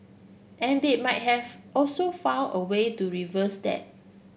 and they might have also found a way to reverse that